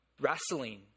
wrestling